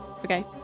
Okay